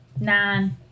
Nine